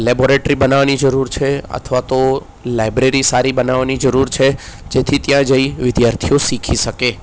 laboratory બનાવવાની જરૂર છે અથવા તો લાઇબ્રેરી સારી બનવાની જરૂર છે જેથી ત્યાં જઈ વિદ્યાર્થીઓ શીખી શકે